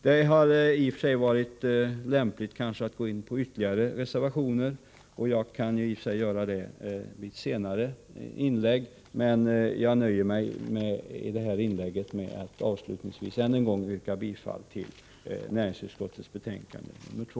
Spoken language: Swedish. Det hade i och för sig varit lämpligt att gå in på ytterligare reservationer, vilket jag eventuellt kan göra i senare inlägg, men jag nöjer mig i detta inlägg med att nu ännu en gång yrka bifall till utskottets hemställan i betänkande 2.